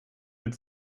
mit